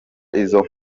izo